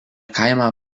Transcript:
kaimą